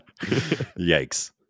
Yikes